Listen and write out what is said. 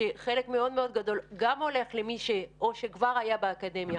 שקיימות ואי-מודעות לכל הכלים שהמדינה נותנת.